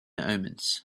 omens